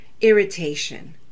irritation